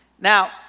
Now